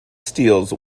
steals